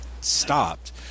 stopped